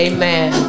Amen